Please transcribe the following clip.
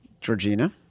Georgina